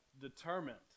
determined